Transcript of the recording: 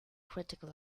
critical